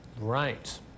Right